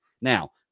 Now